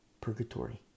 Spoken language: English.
purgatory